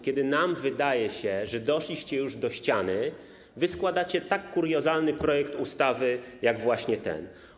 Kiedy nam wydaje się, że doszliście już do ściany, wy składacie tak kuriozalny projekt ustawy, jak właśnie ten.